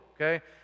okay